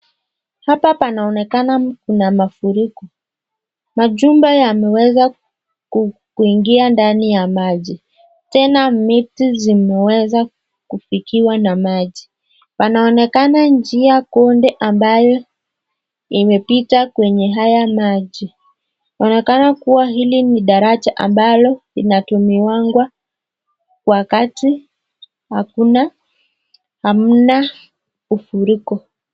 Hapa panaonekana Kuna mafuriko, majumba yameweza kuingia ndani ya maji Tena miti zimeweza kufikiwa na maji, panaonekana njia konde ambayo imepita kwenye haya maji, inaonekana kuwa hili ni daraja linalotumika wakati hamna mafuriko